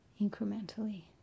Incrementally